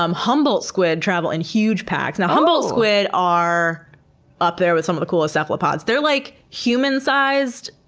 um humboldt squid travel in huge packs. and humboldt squid are up there with some of the coolest cephalopods. they're like human sized,